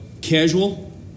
casual